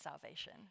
salvation